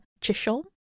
Chisholm